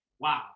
wow